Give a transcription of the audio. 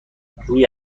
روی